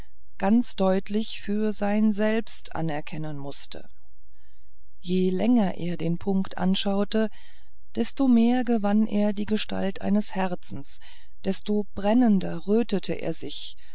ganz deutlich für sein selbst anerkennen mußte je länger er den punkt anschaute desto mehr gewann er die gestalt eines herzens desto brennender rötete er sich